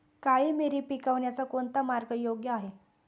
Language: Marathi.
काळी मिरी पिकवण्याचा कोणता मार्ग योग्य आहे?